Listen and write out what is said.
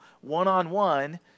one-on-one